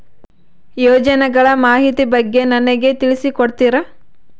ಯೋಜನೆಗಳ ಮಾಹಿತಿ ಬಗ್ಗೆ ನನಗೆ ತಿಳಿಸಿ ಕೊಡ್ತೇರಾ?